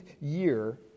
year